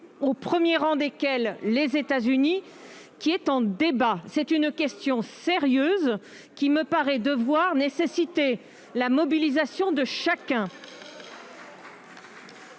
au premier rang desquels les États-Unis ? C'est en effet une question sérieuse qui me paraît nécessiter la mobilisation de chacun